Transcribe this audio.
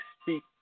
speak